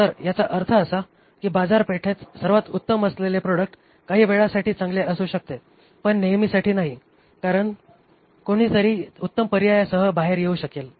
तर याचा अर्थ असा आहे की बाजारपेठेत सर्वात उत्तम असलेले प्रॉडक्ट काही वेळासाठी चांगले राहू शकते पण नेहमीसाठी नाही कारण कारण कोणीतरी उत्तम पर्यायांसह बाहेर येऊ शकेल